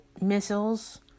missiles